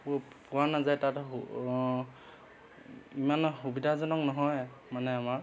পো পোৱা নাযায় তাত ইমান সুবিধাজনক নহয় মানে আমাৰ